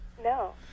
No